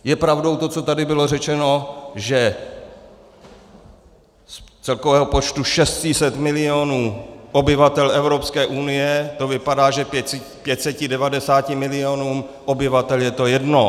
Je pravdou to, co tady bylo řečeno, že z celkového počtu 600 milionů obyvatel Evropské unie to vypadá, že 590 milionům obyvatel je to jedno.